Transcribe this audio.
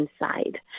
inside